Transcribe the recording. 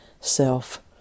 self